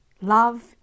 Love